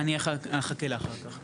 אני אחכה לאחר כך.